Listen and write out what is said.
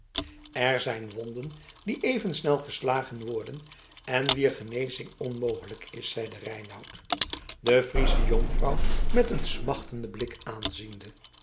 er zijn wonden die even snel geslagen worden en wier genezing onmogelijk is zeide reinout de friesche jonkvrouw met een smachtenden blik aanziende